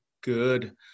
Good